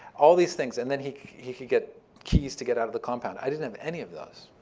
all these things, and then he he could get keys to get out of the compound. i didn't have any of those.